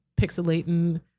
pixelating